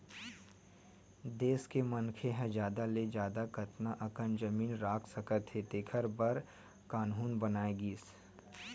देस के मनखे ह जादा ले जादा कतना अकन जमीन राख सकत हे तेखर बर कान्हून बनाए गिस